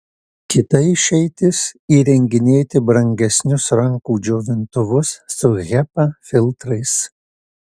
kita išeitis įrenginėti brangesnius rankų džiovintuvus su hepa filtrais